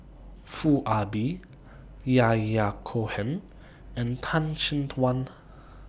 Foo Ah Bee Yahya Cohen and Tan Chin Tuan